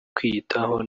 kwiyitaho